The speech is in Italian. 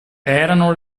erano